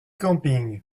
camping